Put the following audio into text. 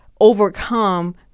overcome